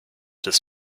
this